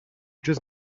just